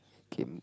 Kim